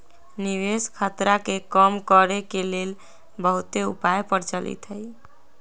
निवेश खतरा के कम करेके के लेल बहुते उपाय प्रचलित हइ